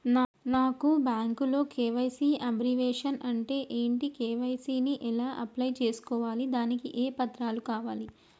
నాకు బ్యాంకులో KYC abbreviation అంటే ఏంటి కే.వై.సీ ని ఎలా అప్లై చేసుకోవాలి దానికి ఏ పత్రాలు కావాలి?